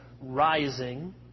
rising